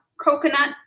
coconut